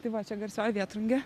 tai va čia garsioji vėtrungė